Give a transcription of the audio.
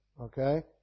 okay